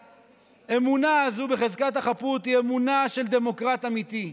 שהאמונה הזאת בחזקת החפות היא אמונה של דמוקרט אמיתי,